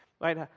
right